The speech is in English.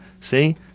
See